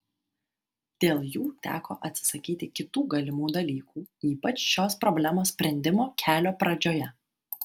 dėl jų teko atsisakyti kitų galimų dalykų ypač šios problemos sprendimo kelio pradžioje